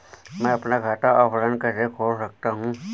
मैं अपना खाता ऑफलाइन कैसे खोल सकता हूँ?